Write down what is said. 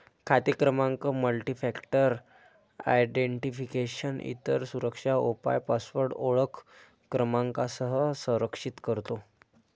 खाते क्रमांक multifactor identification, इतर सुरक्षा उपाय पासवर्ड ओळख क्रमांकासह संरक्षित करतो